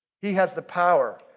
he has the power.